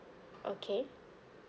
okay